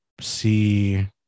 see